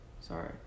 sorry